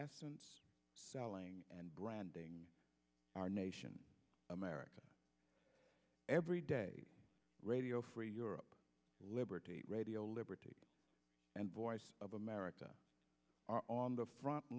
essence selling and branding our nation america every day radio free europe liberty radio liberty and voice of america are on the front